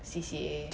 C_C_A